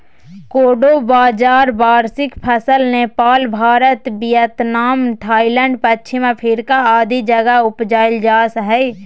कोडो बाजरा वार्षिक फसल नेपाल, भारत, वियतनाम, थाईलैंड, पश्चिम अफ्रीका आदि जगह उपजाल जा हइ